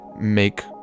make